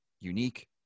unique